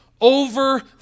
over